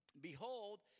Behold